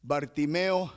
Bartimeo